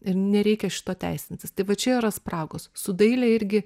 ir nereikia šito teisintis tai va čia yra spragos su daile irgi